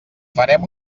farem